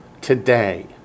today